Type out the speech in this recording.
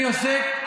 אני עוסק,